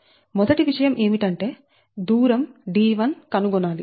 మొదటి విషయం ఏమిటంటే దూరం d1 కనుగొనాలి